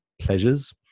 pleasures